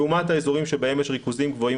לעומת האזורים שבהם יש ריכוזים גבוהים